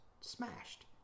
smashed